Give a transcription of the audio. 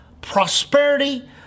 prosperity